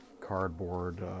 cardboard